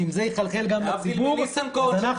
ואם זה יחלחל גם לציבור -- להבדיל מניסנקורן שמכבד הסכמים.